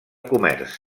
comerç